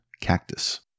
Cactus